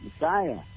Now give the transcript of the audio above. Messiah